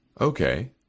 Okay